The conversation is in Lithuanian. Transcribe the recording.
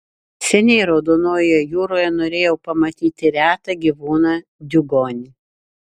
seniai raudonojoje jūroje norėjau pamatyti retą gyvūną diugonį